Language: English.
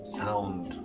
sound